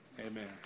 Amen